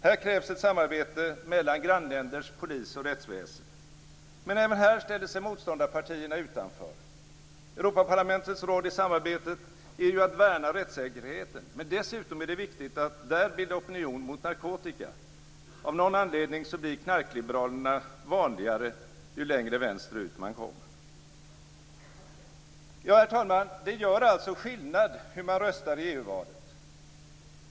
Här krävs ett samarbete mellan grannländers polis och rättsväsen. Men även här ställer sig motståndarpartierna utanför. Europaparlamentets roll i samarbetet är att värna rättssäkerheten. Men dessutom är det viktigt att där bilda opinion mot narkotika - av någon anledning blir knarkliberalerna vanligare ju längre vänsterut man kommer. Herr talman! Det gör alltså skillnad hur man röstar i EU-valet.